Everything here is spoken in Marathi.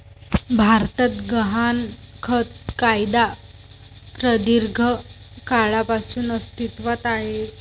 भारतात गहाणखत कायदा प्रदीर्घ काळापासून अस्तित्वात आहे